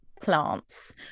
plants